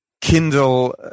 Kindle